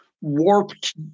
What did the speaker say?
warped